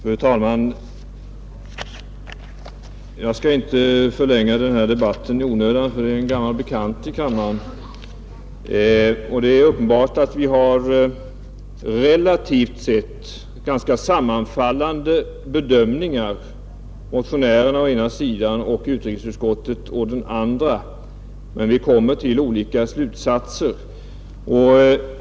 Fru talman! Jag skall inte förlänga denna debatt i onödan, eftersom ämnet är en gammal bekant för kammaren. Uppenbart är att motionärerna å ena sidan och utrikesutskottets majoritet å den andra har relativt sett ganska sammanfallande bedömningar, men vi kommer dock till olika slutsatser.